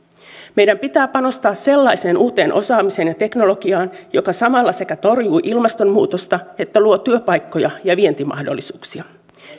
meidän pitää panostaa sellaiseen uuteen osaamiseen ja teknologiaan joka samalla sekä torjuu ilmastonmuutosta että luo työpaikkoja ja vientimahdollisuuksia